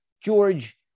George